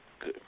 good